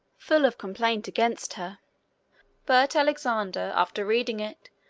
full of complaints against her but alexander, after reading it,